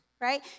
Right